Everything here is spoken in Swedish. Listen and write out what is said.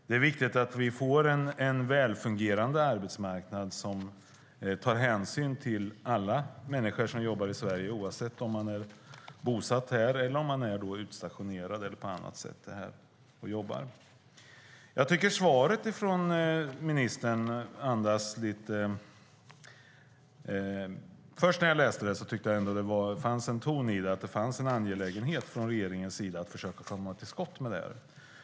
Det är viktigt att vi får en välfungerande arbetsmarknad som tar hänsyn till alla människor som jobbar i Sverige, oavsett om man är bosatt här, är utstationerad eller är här och jobbar på annat sätt. När jag först läste ministerns svar tyckte jag ändå att det fanns en ton av angelägenhet hos regeringen att försöka komma till skott med detta.